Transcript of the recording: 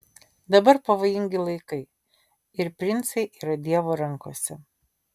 dabar pavojingi laikai ir princai yra dievo rankose